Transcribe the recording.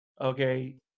okay